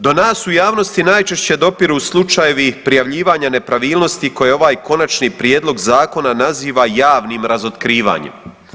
Do nas u javnosti najčešće dopiru slučajevi prijavljivanja nepravilnosti koje ovaj konačni prijedlog zakona naziva javnim razotkrivanjem.